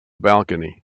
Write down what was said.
balcony